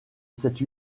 cette